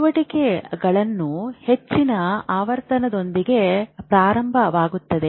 ಚಟುವಟಿಕೆಗಳು ಹೆಚ್ಚಿನ ಆವರ್ತನದೊಂದಿಗೆ ಪ್ರಾರಂಭವಾಗುತ್ತವೆ